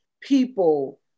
people